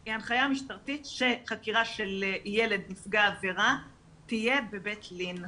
היא שחקירה של ילד נפגע עבירה תהיה בבית לין.